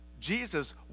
Jesus